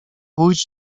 pójdź